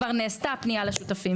כבר נעשתה פנייה לשותפים,